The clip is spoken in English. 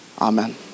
Amen